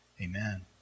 Amen